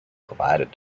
provided